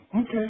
Okay